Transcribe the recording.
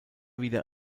wieder